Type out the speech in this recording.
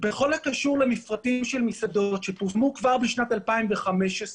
בכל הקשור למפרטים של מסעדות שפורסמו כבר בשנת 2015,